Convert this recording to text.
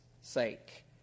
sake